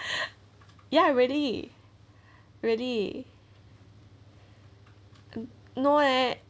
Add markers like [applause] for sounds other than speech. [noise] ya really really no eh